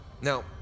Now